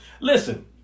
Listen